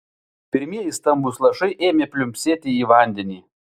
pirmieji stambūs lašai ėmė pliumpsėti į vandenį